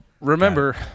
Remember